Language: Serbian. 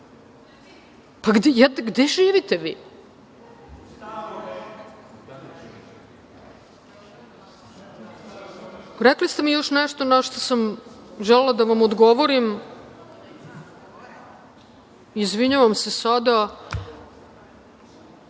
Pa gde živite vi? Rekli ste mi još nešto na šta sam želela da vam odgovorim, izvinjavam se sada,